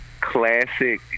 classic